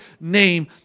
name